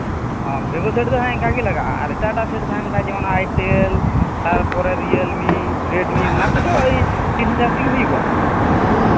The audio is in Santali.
ᱚ ᱦᱮᱸ ᱵᱷᱤᱵᱳ ᱥᱮᱴ ᱫᱚ ᱤᱱᱠᱟᱹᱜᱮ ᱞᱟᱜᱟᱜᱼᱟ ᱟᱨ ᱮᱴᱟᱜ ᱮᱴᱟᱜ ᱥᱮᱴ ᱛᱟᱦᱮᱱ ᱠᱷᱟᱱ ᱡᱮᱢᱚᱱ ᱟᱭᱴᱮᱞ ᱛᱟᱨᱯᱚᱨᱮ ᱨᱤᱭᱮᱞᱢᱤ ᱨᱮᱰᱢᱤ ᱚᱱᱟ ᱠᱚᱫᱚ ᱳᱭ ᱛᱤᱱ ᱦᱟᱡᱟᱨ ᱛᱮᱜᱮ ᱦᱩᱭᱩᱜᱼᱟ